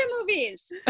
movies